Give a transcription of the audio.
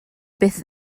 byth